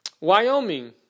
Wyoming